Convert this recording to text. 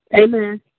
Amen